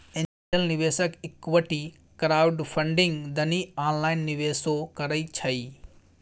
angel निवेशक equity crowdfunding दनी online निवेशो करइ छइ